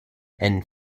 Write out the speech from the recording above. and